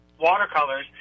watercolors